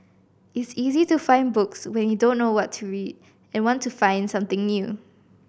it's easy to find books when he don't know what to read and want to find something new